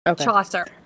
Chaucer